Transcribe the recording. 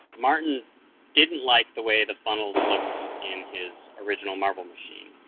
martin didn't like the way the funnels looked in his original marble machine.